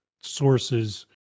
sources